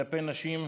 כלפי נשים,